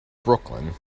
brooklyn